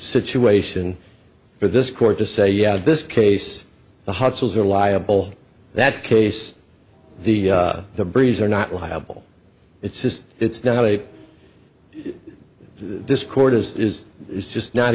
situation for this court to say yeah this case the hot cells are liable that case the the breeze are not liable it's just it's not a this court as it is is just not